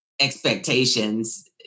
expectations